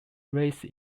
raise